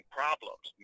problems